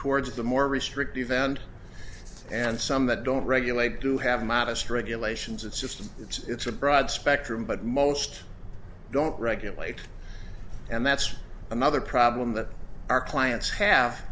towards the more restrictive and and some that don't regulate do have modest regulations it's just it's a broad spectrum but most don't regulate and that's another problem that our clients have